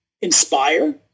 inspire